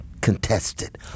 contested